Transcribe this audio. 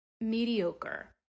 mediocre